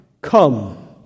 Come